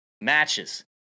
matches